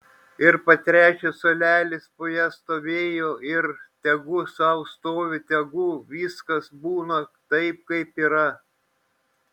ir patręšęs suolelis po ja stovėjo ir tegu sau stovi tegu viskas būna taip kaip yra